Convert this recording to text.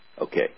Okay